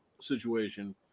situation